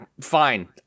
Fine